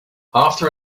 after